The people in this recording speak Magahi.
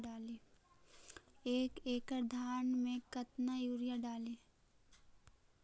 एक एकड़ धान मे कतना यूरिया डाली?